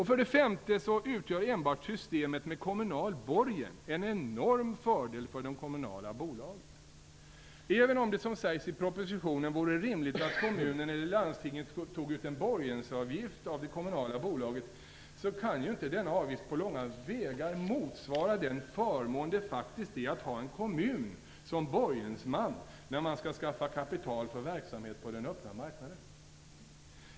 För det femte utgör enbart systemet med kommunal borgen en enorm fördel för de kommunala bolagen. Även om det som sägs i propositionen vore rimligt att kommunen eller landstinget tog ut en borgensavgift av det kommunala bolaget kan inte denna avgift på långa vägar motsvara den förmån det faktiskt är att ha en kommun som borgensman när man skall skaffa kapital för verksamhet på den öppna marknaden.